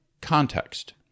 context